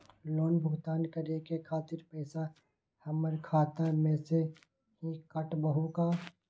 Loan भुगतान करे के खातिर पैसा हमर खाता में से ही काटबहु का?